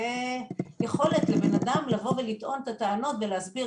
שתהיה יכולת לבן אדם לבוא ולטעון את הטענת ולהסביר